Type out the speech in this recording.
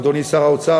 אדוני שר האוצר,